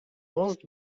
most